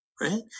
Right